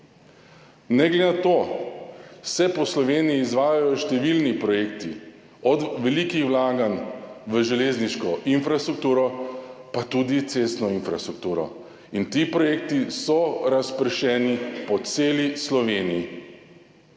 Ne glede na to se po Sloveniji izvajajo številni projekti, od velikih vlaganj v železniško infrastrukturo pa tudi cestno infrastrukturo. Ti projekti so razpršeni po celi Sloveniji.